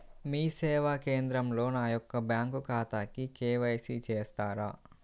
మీ సేవా కేంద్రంలో నా యొక్క బ్యాంకు ఖాతాకి కే.వై.సి చేస్తారా?